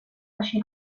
així